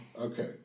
Okay